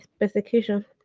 persecution